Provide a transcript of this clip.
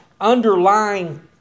underlying